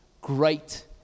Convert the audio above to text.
great